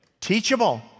Teachable